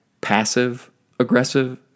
passive-aggressive